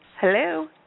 Hello